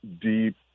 deep